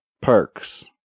perks